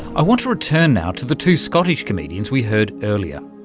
i want to return now to the two scottish comedians we heard earlier.